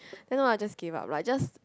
and now I just give up I just